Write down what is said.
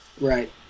Right